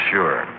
Sure